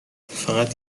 فقط